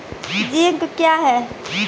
Zinc क्या हैं?